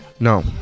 No